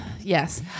Yes